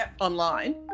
online